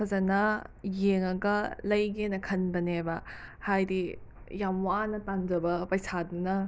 ꯐꯖꯅ ꯌꯦꯡꯉꯒ ꯂꯩꯒꯦꯅ ꯈꯟꯕꯅꯦꯕ ꯍꯥꯏꯗꯤ ꯌꯥꯝ ꯋꯥꯅ ꯇꯥꯟꯖꯕ ꯄꯩꯁꯗꯨꯅ